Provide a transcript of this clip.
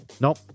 Nope